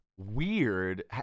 Weird